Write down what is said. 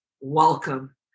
welcome